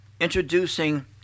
introducing